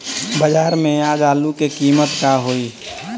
बाजार में आज आलू के कीमत का होई?